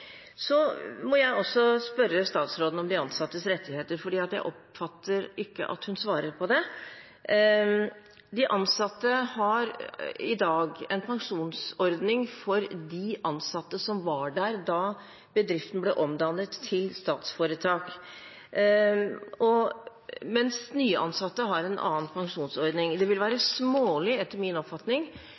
Så må jeg også spørre statsråden om de ansattes rettigheter, for jeg oppfatter ikke at hun svarer på det. De ansatte har i dag én pensjonsordning for de ansatte som var der da bedriften ble omdannet til statsforetak, mens nyansatte har en annen pensjonsordning. Det ville være smålig, etter min oppfatning,